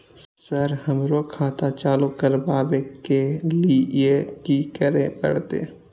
Sir हमरो खाता चालू करबाबे के ली ये की करें परते?